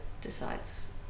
decides